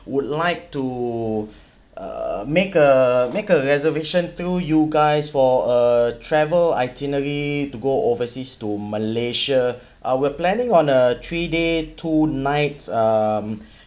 would like to uh make a make a reservation through you guys for a travel itinerary to go overseas to malaysia uh we're planning on a three day two nights um